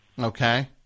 Okay